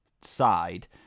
side